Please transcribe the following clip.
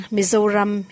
Mizoram